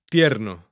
Tierno